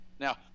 Now